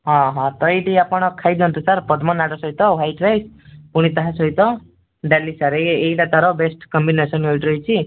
ହଁ ହଁ ତ ଏଇଟି ଆପଣ ଖାଇଦିଅନ୍ତୁ ସାର୍ ପଦ୍ମନାଡ଼ ସହିତ ହ୍ୱାଇଟ୍ ରାଇସ୍ ପୁଣି ତାହା ସହିତ ଡାଲି ସାର୍ ଏଇଟା ତାର ବେଷ୍ଟ୍ କମ୍ବିନେସନନ୍ ରହିଛି